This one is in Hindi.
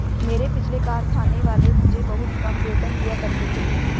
मेरे पिछले कारखाने वाले मुझे बहुत कम वेतन दिया करते थे